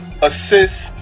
assist